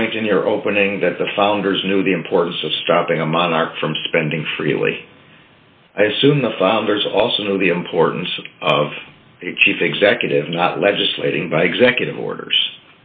point in your opening that the founders knew the importance of stopping a monarch from spending freely i assume the founders also know the importance of a chief executive not legislating by executive orders